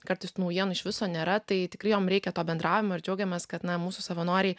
kartais tų naujienų iš viso nėra tai tikrai jom reikia to bendravimo ir džiaugiamės kad na mūsų savanoriai